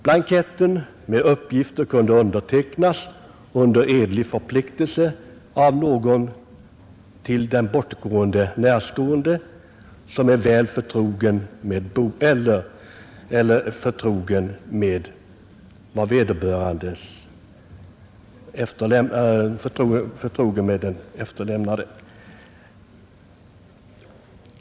Blanketten med uppgifter kunde undertecknas under edlig förpliktelse av någon till den bortgångne närstående, som är väl förtrogen med vad som efterlämnats.